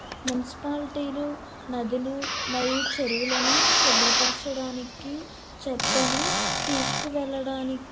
మున్సిపాలిటీలు నదులు మరియు చెరువులను శుభ్రపరచడానికి చెత్తను తీసుకువెళ్లడానికి